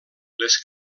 les